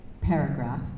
paragraph